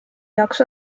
jaoks